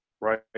right